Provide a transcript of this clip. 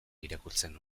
irakurtzen